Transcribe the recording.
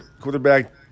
quarterback